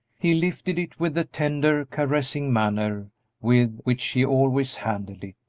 he lifted it with the tender, caressing manner with which he always handled it,